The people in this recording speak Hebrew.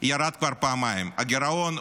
ירד כבר פעמיים, הגירעון עולה,